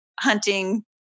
hunting